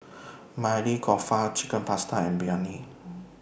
Maili Kofta Chicken Pasta and Biryani